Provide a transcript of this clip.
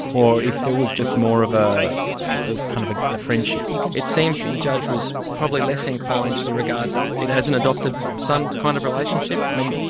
or if it was just more of a ah kind of ah a friendship. it seems the judge was probably less inclined to regard it as an adopted son kind of relationship. i mean,